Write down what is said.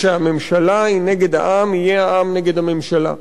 וכשהממשלה היא נגד העם, יהיה העם נגד הממשלה.